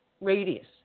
radius